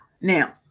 Now